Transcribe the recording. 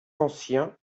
anciens